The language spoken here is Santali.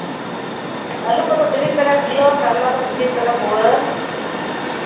ᱟᱹᱞᱩ ᱠᱚᱫᱚ ᱛᱤᱨᱤᱥ ᱴᱟᱠᱟ ᱠᱤᱞᱳ ᱠᱟᱨᱞᱟ ᱠᱚᱫᱚ ᱯᱚᱸᱪᱤᱥ ᱴᱟᱠᱟ ᱯᱩᱣᱟᱹ